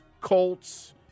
Colts